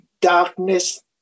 darkness